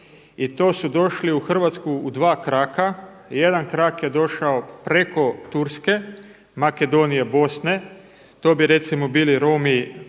i to su došli u Hrvatsku u dva kraka. Jedan krak je došao preko Turske, Makedonije, Bosne, to bi recimo bili Romi